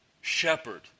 shepherd